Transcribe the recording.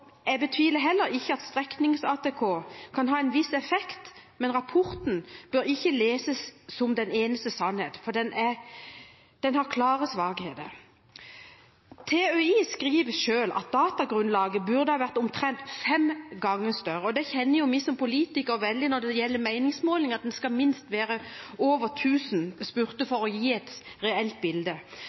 Jeg betviler heller ikke at streknings-ATK kan ha en viss effekt, men rapporten bør ikke leses som den eneste sannhet, for den har klare svakheter. TØI skriver selv at datagrunnlaget burde ha vært omtrent fem ganger større, og vi som politikere kjenner jo godt til at når det gjelder meningsmålinger, skal man minst ha over 1 000 spurte for at det skal gi et reelt bilde.